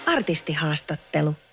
Artistihaastattelu